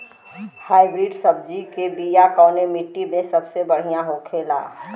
Hybrid सब्जी के बिया कवने मिट्टी में सबसे बढ़ियां होखे ला?